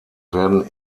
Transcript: werden